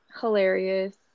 hilarious